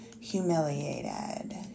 Humiliated